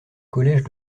collège